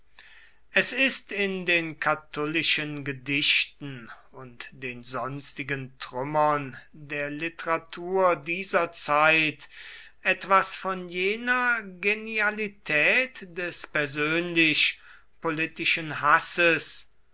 es ist in den catullischen gedichten und den sonstigen trümmern der literatur dieser zeit etwas von jener genialität des persönlich politischen hasses